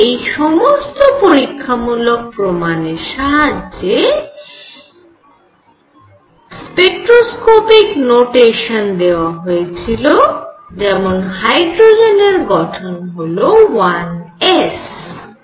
এই সমস্ত পরীক্ষামূলক প্রমাণের সাহায্যে স্পেক্ট্রোস্কোপিক নোটেশান দেওয়া হয়েছিল যেমন হাইড্রোজেনের গঠন হল 1 s